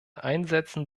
einsätzen